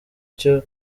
cyo